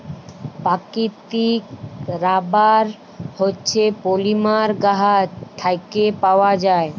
পাকিতিক রাবার হছে পলিমার গাহাচ থ্যাইকে পাউয়া যায়